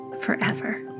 forever